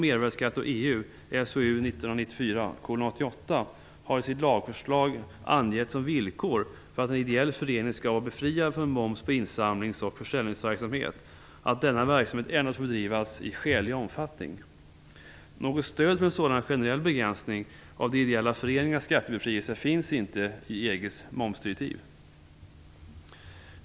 1994:88) har i sitt lagförslag angett som villkor för att en ideell förening skall vara befriad från moms på insamlings och försäljningsverksamhet att denna verksamhet endast får bedrivas i "skälig omfattning". Något stöd för en sådan generell begränsning av de ideella föreningarnas skattebefrielse finns inte i EG:s momsdirektiv.